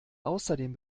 außerdem